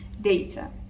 data